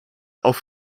auf